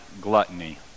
gluttony